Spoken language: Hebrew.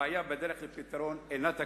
הבעיה בדרך לפתרון איננה תקציבית,